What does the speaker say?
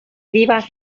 vivas